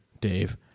Dave